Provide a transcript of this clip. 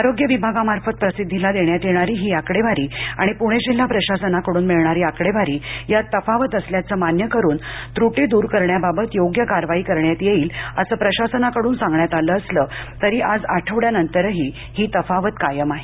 आरोग्य विभागामार्फत प्रसिद्धीला देण्यात येणारी ही आकडेवारी आणि पुणे जिल्हा प्रशासनाकडून मिळणारी आकडेवारी यात तफावत असल्याचं मान्य करून त्रुटी दूर करण्याबाबत योग्य कारवाई करण्यात येईल असं प्रशासनाकडून सांगण्यात आलं असलं तरी आज आठवड्यानंतरही ही तफावत कायम आहे